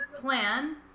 plan